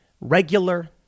regular